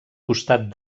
costat